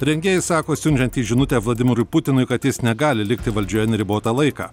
rengėjai sako siunčiantys žinutę vladimirui putinui kad jis negali likti valdžioje neribotą laiką